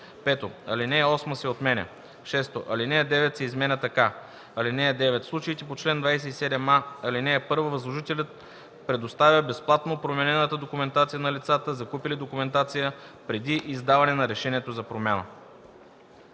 5. Алинея 8 се отменя. 6. Алинея 9 се изменя така: „(9) В случаите по чл. 27а, ал. 1 възложителят предоставя безплатно променената документация на лицата, закупили документация преди издаване на решението за промяна.”